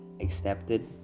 accepted